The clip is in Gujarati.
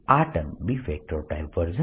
આ ટર્મ B